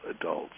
adults